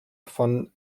von